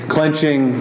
Clenching